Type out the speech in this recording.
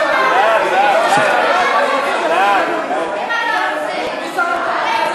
היציאה והגירוש של היהודים מארצות ערב